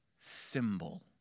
symbol